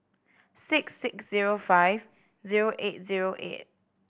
six six zero five zero eight zero eight